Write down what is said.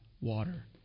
water